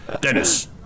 Dennis